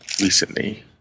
recently